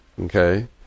Okay